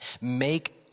make